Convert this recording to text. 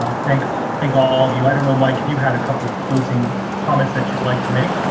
i thank i thank all of you. i don't know, mike, if you had a couple of closing comments that you'd like to make?